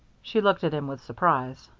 she looked at him with surprise.